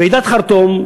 ועידת חרטום,